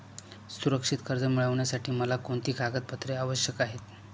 सुरक्षित कर्ज मिळविण्यासाठी मला कोणती कागदपत्रे आवश्यक आहेत